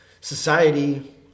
society